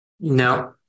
no